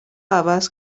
عوض